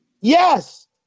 Yes